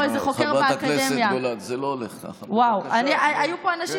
וואו, וואו, וואו.